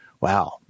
Wow